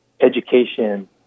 Education